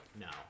No